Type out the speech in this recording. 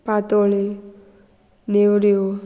पातोळी नेवऱ्यो